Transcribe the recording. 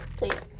please